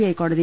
I കോടതി